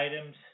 items